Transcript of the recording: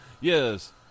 Yes